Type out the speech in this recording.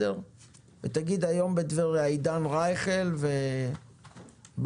ותגיד: היום בטבריה עידן רייכל ובנאי,